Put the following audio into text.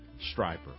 striper